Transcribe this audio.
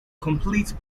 complete